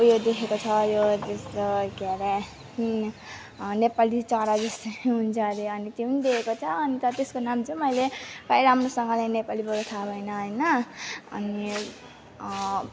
उयो देखेको छ यो त्यस्तो के अरे नेपाली चरा जस्तै हुन्छ अरे अनि त्यो पनि देखेको छ अन्त त्यसको नाम चाहिँ मैले राम्रोसँगले नेपालीबाट थाहा भएन होइन अनि